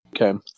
Okay